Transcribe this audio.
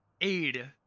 aid